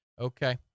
Okay